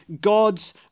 God's